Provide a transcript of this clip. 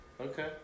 Okay